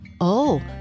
Oh